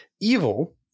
evil